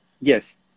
Yes